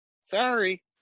sorry